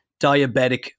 diabetic